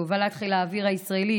בהובלת חיל האוויר הישראלי,